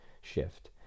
shift